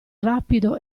rapido